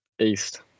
East